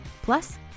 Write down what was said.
Plus